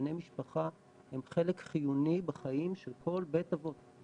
בני המשפחה הם חלק חיוני בחיים של כל בית אבות.